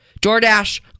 DoorDash